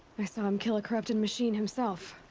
i saw him kill a corrupted machine himself.